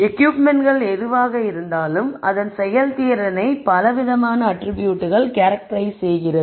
எக்யூப்மென்ட்கள் எதுவாக இருந்தாலும் அதன் செயல்திறனை பல விதமான அட்ரிபியூட்கள் கேரக்டெரைஸ் செய்கிறது